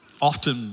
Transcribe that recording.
often